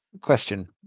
Question